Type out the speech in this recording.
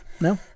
no